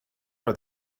are